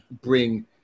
bring